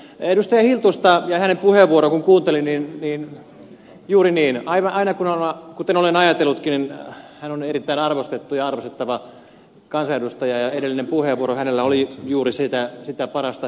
edustaja hiltusta ja hänen puheenvuoroaan kun kuuntelin niin juuri niin aivan kuten olen ajatellutkin hän on erittäin arvostettu ja arvostettava kansanedustaja ja edellinen puheenvuoro hänellä oli juuri sitä parasta hiltusta